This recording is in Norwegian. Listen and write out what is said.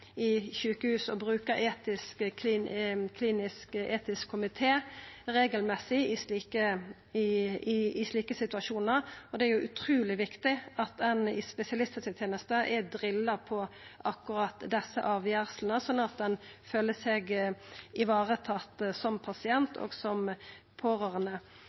i sjukehus til å bruka klinisk etikk-komité regelmessig i slike situasjonar. Det er utruleg viktig at ein i spesialisthelsetenesta er drilla på akkurat desse avgjerslene, sånn at ein føler seg varetatt som pasient og som pårørande.